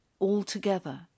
altogether